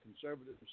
conservative